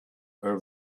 her